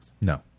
No